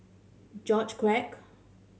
George Quek